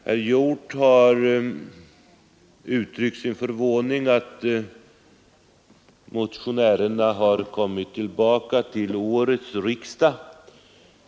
Herr Hjorth har uttryckt sin förvåning över att motionärerna kommit tillbaka till årets riksdag.